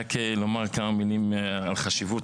רק לומר כמה מילים על החשיבות,